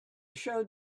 showed